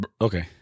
okay